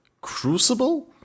Crucible